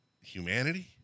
humanity